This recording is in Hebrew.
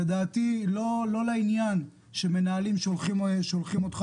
לדעתי זה לא לעניין שהמנהלים שולחים אותך